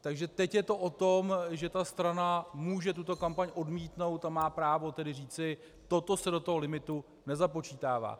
akže teď je to o tom, že tato strana může tuto kampaň odmítnout a má právo říci: Toto se do toho limitu nezapočítává.